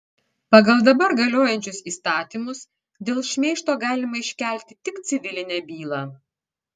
pagal dabar galiojančius įstatymus dėl šmeižto galima iškelti tik civilinę bylą